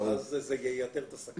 אז זה ייתר את הסכנה.